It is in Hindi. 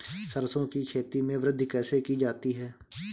सरसो की खेती में वृद्धि कैसे की जाती है?